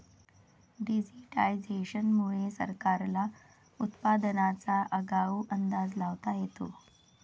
digitisation मुळे सरकारला उत्पादनाचा आगाऊ अंदाज लावता येतो